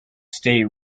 stay